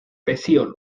pecíolo